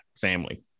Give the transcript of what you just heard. family